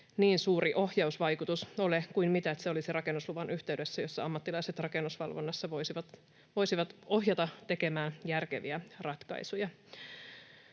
niin suuri ohjausvaikutus ole, kuin jos se olisi rakennusluvan yhteydessä, jossa ammattilaiset rakennusvalvonnassa voisivat ohjata tekemään järkeviä ratkaisuja.